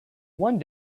one